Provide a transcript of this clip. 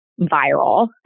viral